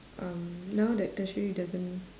um now that tertiary doesn't